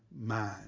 mind